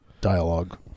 dialogue